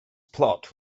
plot